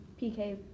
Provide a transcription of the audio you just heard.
PK